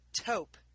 taupe